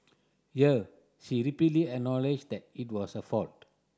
here she repeatedly acknowledged that it was her fault